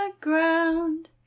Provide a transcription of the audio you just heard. ground